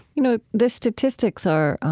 you know, the statistics are